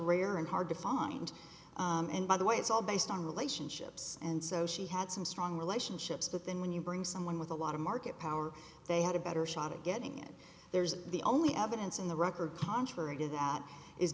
rare and hard to find and by the way it's all based on relationships and so she had some strong relationships but then when you bring someone with a lot of market power they had a better shot at getting it there's the only evidence in the record contrary to that is